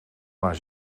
naar